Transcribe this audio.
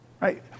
right